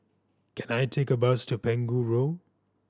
can I take a bus to Pegu Road